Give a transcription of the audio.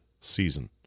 season